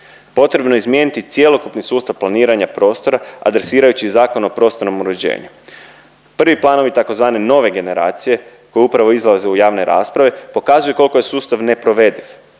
potrebno je izmijeniti cjelokupni sustav planiranja prostora adresirajući Zakon o prostornom uređenju. Prvi planovi tzv. nove generacije koji upravo izlaze u javne rasprave pokazuju koliko je sustav neprovediv,